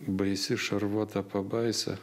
baisi šarvuota pabaisa